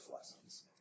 lessons